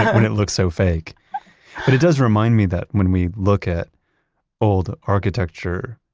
when it looks so fake? but it does remind me that when we look at old architecture,